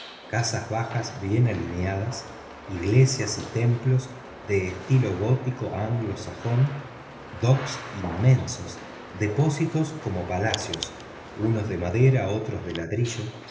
casas bajas bien alineadas iglesias y templos de estilo gótico anglo sajón docks inmensos depósitos como palacios unos de madera otros de ladrillo